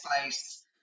place